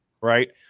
right